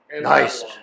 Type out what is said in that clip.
Nice